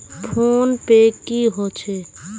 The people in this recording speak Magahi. फ़ोन पै की होचे?